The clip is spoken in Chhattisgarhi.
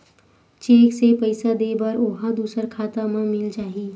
चेक से पईसा दे बर ओहा दुसर खाता म मिल जाही?